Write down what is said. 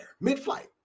mid-flight